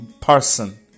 person